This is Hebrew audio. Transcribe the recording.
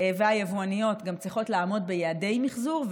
והיבואניות צריכות לעמוד ביעדי מחזור,